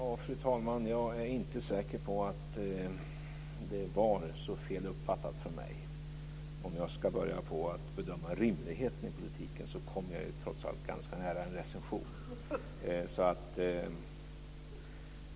Fru talman! Jag är inte säker på att det var så fel uppfattat av mig. Om jag ska börja på att bedöma rimligheten i politiken kommer jag trots allt ganska nära en recension.